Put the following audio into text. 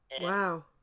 Wow